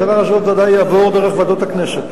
הדבר הזה עוד ודאי יעבור דרך ועדת הכנסת.